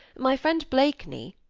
my friend blakeney,